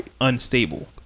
unstable